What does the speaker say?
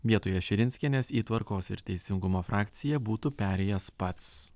vietoje širinskienės į tvarkos ir teisingumo frakciją būtų perėjęs pats